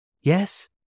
yes